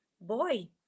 boy